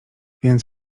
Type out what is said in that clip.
więc